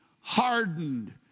hardened